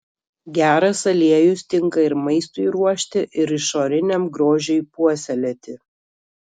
geras aliejus tinka ir maistui ruošti ir išoriniam grožiui puoselėti